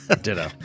Ditto